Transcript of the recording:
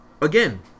again